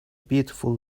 beautiful